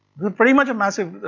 pretty much massive,